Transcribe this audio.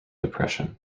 depression